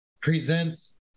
presents